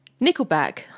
Nickelback